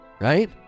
right